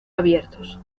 abiertos